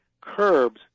curbs